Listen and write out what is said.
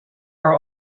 our